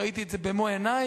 ראיתי את זה במו עיני.